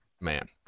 man